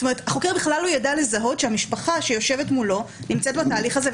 החוק בכלל לא ידע לזהות שהמשפחה שיושבת מולו נמצאת בתהליך הזה,